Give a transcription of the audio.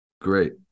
great